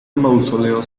mausoleo